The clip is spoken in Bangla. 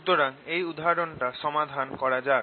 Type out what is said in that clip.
সুতরাং শেই উদাহরণটা সমাধান করা যাক